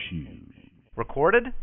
Recorded